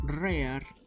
rare